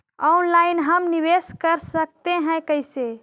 Online हम निवेश कर सकते है, कैसे?